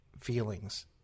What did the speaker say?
feelings